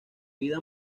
vida